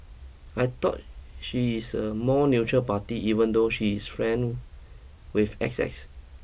I thought she is a more neutral party even though she is friend with X X